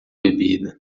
bebida